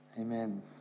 Amen